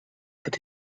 but